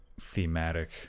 thematic